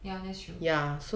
ya that's true